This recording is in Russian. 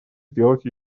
сделать